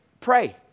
Pray